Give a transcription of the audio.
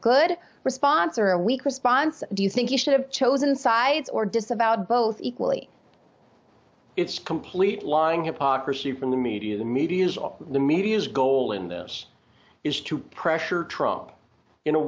good response or a weak response do you think you should have chosen sides or disavowed both equally it's complete lying hypocrisy from the media the media's off the media's goal in this is to pressure trump in a